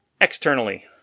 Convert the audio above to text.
externally